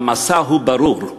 כשהמסע הוא ברור,